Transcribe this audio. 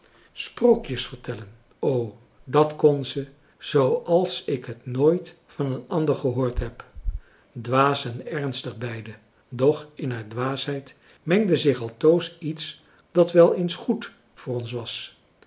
sprookjes vertellen o dat kon ze zooals ik het nooit van een ander gehoord heb dwaas en ernstig beide doch in haar dwaasheid mengde zich altoos iets dat wel eens goed voor ons was